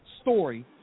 story